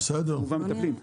חלילה אנחנו מטפלים,